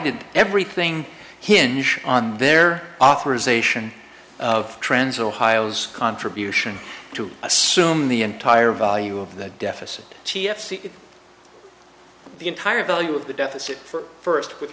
did everything hinge on their authorization of trends ohio's contribution to assume the entire value of the deficit t f c the entire value of the deficit for first with